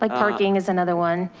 like parking is another one.